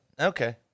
Okay